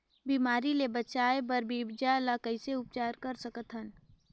बिमारी ले बचाय बर बीजा ल कइसे उपचार कर सकत हन?